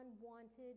unwanted